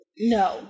No